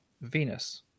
Venus